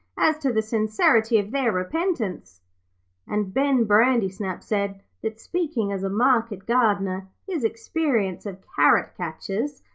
as to the sincerity of their repentance and ben brandysnap said that, speaking as a market gardener, his experience of carrot catchers,